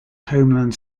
homeland